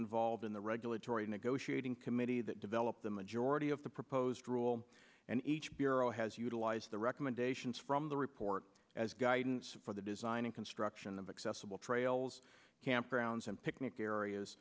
involved in the regulatory negotiating committee that developed the majority of the proposed rule and each bureau has utilized the recommendations from the report as guidance for the design and construction of accessible trails campgrounds and picnic areas